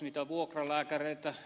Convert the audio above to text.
arvoisa puhemies